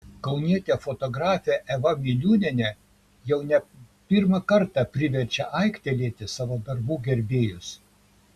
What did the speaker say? kaunietė fotografė eva miliūnienė jau ne pirmą kartą priverčia aiktelėti savo darbų gerbėjus